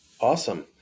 Awesome